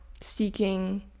seeking